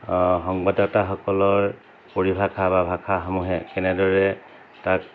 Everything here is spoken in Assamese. সংবাদতাসকলৰ পৰিভাষা বা ভাষাসমূহে কেনেদৰে তাক